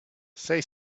say